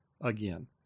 Again